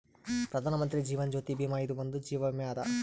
ಪ್ರಧಾನ್ ಮಂತ್ರಿ ಜೀವನ್ ಜ್ಯೋತಿ ಭೀಮಾ ಇದು ಒಂದ ಜೀವ ವಿಮೆ ಅದ